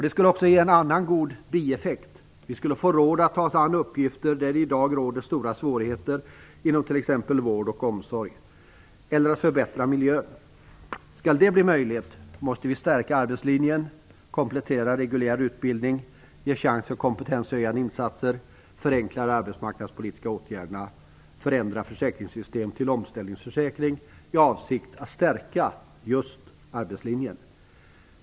Det skulle också ge en annan god bieffekt. Vi skulle få råd att ta oss an uppgifter där det i dag råder stora svårigheter inom t.ex. vård och omsorg. Vi skulle också kunna vidta åtgärder för att förbättra miljön. Skall det bli möjligt måste vi stärka arbetslinjen, komplettera reguljär utbildning, ge chans till kompetenshöjande insatser, förenkla de arbetsmarknadspolitiska åtgärderna och förändra försäkringssystemet till omställningsförsäkring i avsikt att stärka just arbetslinjen.